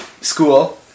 School